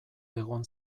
egon